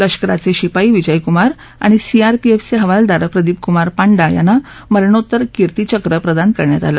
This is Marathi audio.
लष्कराचे शिपाई विजयकुमार आणि सीआरपीएफचे हवालदार प्रदीपुक्मार पांडा यांना मरणोत्तर किर्तीचक्र प्रदान करण्यात आलं